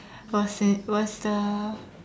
was in was the